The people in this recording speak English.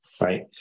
right